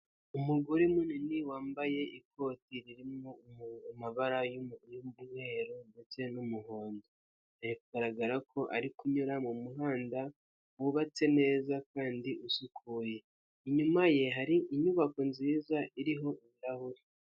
Umugore munini wambaye ikoti ririmo amabara y'umweru ndetse n'umuhondo, biragaragara ko ari kunyura mu muhanda wubatse neza kandi usukuye, inyuma ye hari inyubako nziza iriho ibirahuri.